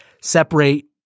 separate